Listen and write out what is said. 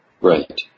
Right